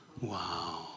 Wow